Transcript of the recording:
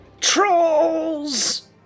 Trolls